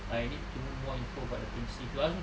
I need to know more info about the thing if you ask me